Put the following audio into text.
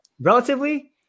relatively